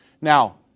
Now